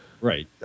Right